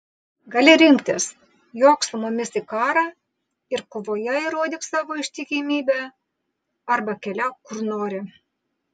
gali rinktis jok su mumis į karą ir kovoje įrodyk savo ištikimybę arba keliauk kur nori